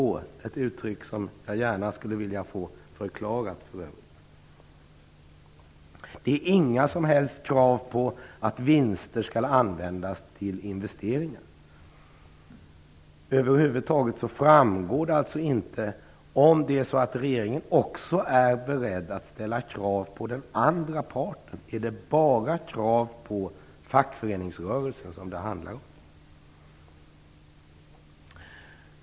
Det är ett uttryck som jag gärna skulle vilja få förklarat, för övrigt. Det finns inga som helst krav på att vinster skall användas till investeringar. Det framgår över huvud taget inte om regeringen också är beredd att ställa krav på den andra parten. Är det bara krav på fackföreningsrörelsen som det handlar om?